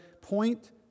point